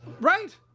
Right